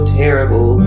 terrible